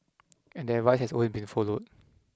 and that advice has always been followed